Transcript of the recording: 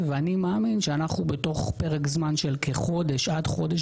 אני מאמין שבתוך פרק זמן של חודש עד חודש